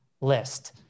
list